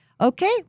okay